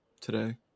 today